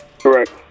Correct